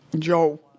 Joe